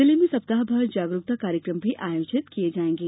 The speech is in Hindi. जिले में सप्ताहभर जागरुकता कार्यक्रम भी आयोजित किये जायेंगे